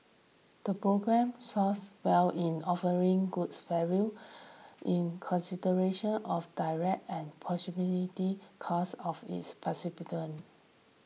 the programme scored well in offering good value in consideration of direct and possibility costs of its